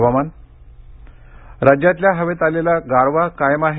हवामान राज्यातल्या हवेत आलेला गारवा कायम आहे